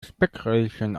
speckröllchen